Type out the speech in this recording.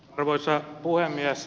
arvoisa puhemies